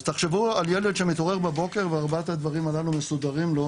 תחשבו על ילד שמתעורר בבוקר וארבעת הדברים הללו מסודרים לו,